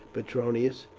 petronius,